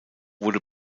wurde